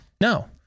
No